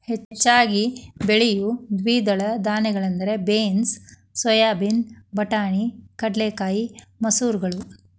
ಹೆಚ್ಚಾಗಿ ಬೆಳಿಯೋ ದ್ವಿದಳ ಧಾನ್ಯಗಳಂದ್ರ ಬೇನ್ಸ್, ಸೋಯಾಬೇನ್, ಬಟಾಣಿ, ಕಡಲೆಕಾಯಿ, ಮಸೂರಗಳು